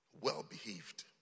well-behaved